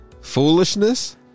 Foolishness